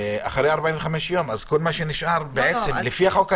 אחרי 45 יום כל מה שנשאר, לפי החוק הקיים,